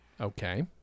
Okay